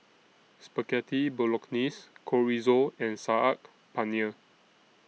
Spaghetti Bolognese Chorizo and Saag Paneer